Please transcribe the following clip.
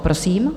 Prosím.